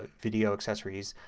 ah video accessories,